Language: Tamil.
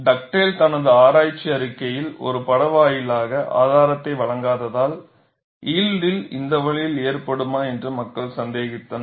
டக்டேல் தனது ஆராய்ச்சி அறிக்கையில் ஒரு பட வாயிலாக ஆதாரத்தை வழங்காததால் யில்ட்டில் இந்த வழியில் ஏற்படுமா என்று மக்கள் சந்தேகித்தனர்